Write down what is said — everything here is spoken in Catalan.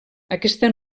aquesta